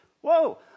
Whoa